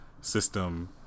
system